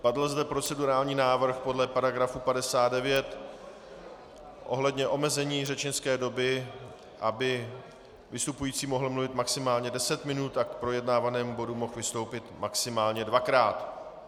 Padl zde procedurální návrh podle § 59 ohledně omezení řečnické doby, aby vystupující mohl mluvit maximálně 10 minut a k projednávanému bodu mohl vystoupit maximálně dvakrát.